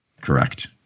Correct